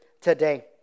today